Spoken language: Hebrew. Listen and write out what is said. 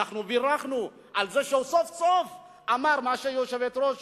אנחנו בירכנו על שסוף-סוף הוא אמר מה שיושבת-ראש